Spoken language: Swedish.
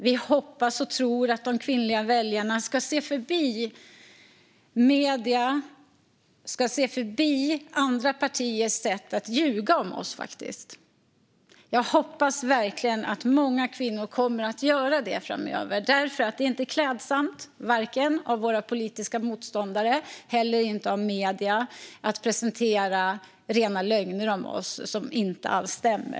Vi hoppas och tror att de kvinnliga väljarna ska se förbi mediernas och andra partiers sätt att ljuga om oss. Jag hoppas verkligen att många kvinnor kommer att göra det framöver. Det är inte klädsamt vare sig för våra politiska motståndare eller för medierna att presentera rena lögner om oss som inte alls stämmer.